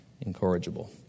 incorrigible